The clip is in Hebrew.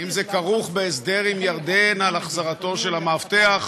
אם זה כרוך בהסדר עם ירדן על החזרתו של המאבטח,